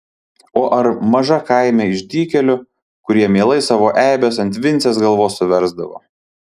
o ar maža kaime išdykėlių kurie mielai savo eibes ant vincės galvos suversdavo